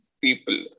people